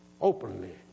openly